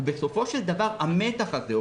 בסופו של דבר המתח הזה,